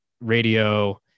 radio